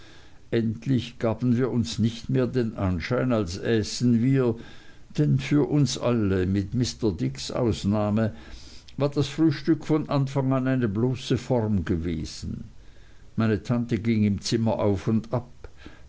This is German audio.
endlich gaben wir uns nicht mehr den anschein als äßen wir denn für uns alle mit mr dicks ausnahme war das frühstück von anfang an eine bloße form gewesen meine tante ging im zimmer auf und ab